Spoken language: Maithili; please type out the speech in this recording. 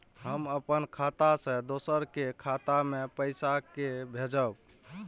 हम अपन खाता से दोसर के खाता मे पैसा के भेजब?